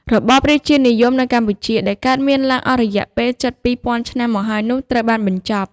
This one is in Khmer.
របបរាជានិយមនៅកម្ពុជាដែលកើតមានឡើងអស់រយៈពេលជិត២ពាន់ឆ្នាំមកហើយនោះត្រូវបានបញ្ចប់ ។